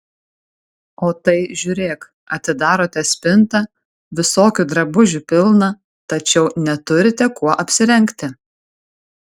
o tai žiūrėk atidarote spintą visokių drabužių pilna tačiau neturite kuo apsirengti